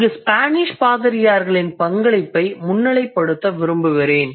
இங்கு ஸ்பானிஷ் பாதிரியார்களின் பங்களிப்பை முன்னிலைப்படுத்த விரும்புகிறேன்